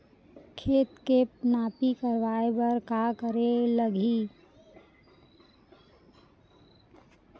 खेत के नापी करवाये बर का करे लागही?